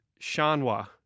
Shanwa